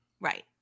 right